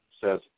says